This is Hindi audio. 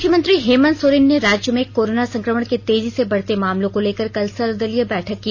मुख्यमंत्री हेमंत सोरेन ने राज्य में कोरोना संक्रमण के तेजी से बढ़ते मामलों को लेकर कल सर्वदलीय बैठक की